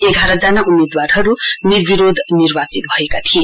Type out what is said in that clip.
एघार जना उम्मेदवारहरू निर्विरोध निर्वाचित भएका थिए